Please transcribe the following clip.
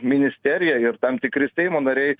ministerija ir tam tikri seimo nariai